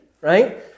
right